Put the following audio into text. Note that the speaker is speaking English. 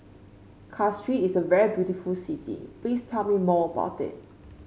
Castries is a very beautiful city please tell me more about it